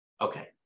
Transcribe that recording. Okay